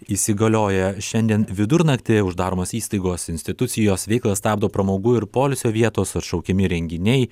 įsigalioja šiandien vidurnaktį uždaromos įstaigos institucijos veiklą stabdo pramogų ir poilsio vietos atšaukiami renginiai